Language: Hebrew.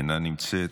אינה נמצאת.